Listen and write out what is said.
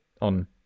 on